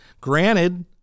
Granted